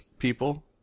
people